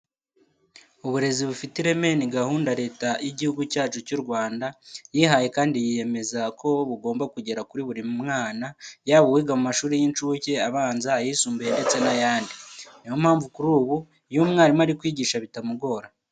Uburezi bufite ireme ni gahunda Leta y'Igihugu cyacu cy'u Rwanda yihaye kandi yiyemeza ko bugomba kugera kuri buri mwana yaba uwiga mu mashuri y'incuke, abanza, ayisumbuye ndetse n'ayandi. Ni yo mpamvu kuri ubu iyo umwarimu ari kwigisha bitamugora.